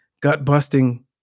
gut-busting